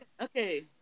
Okay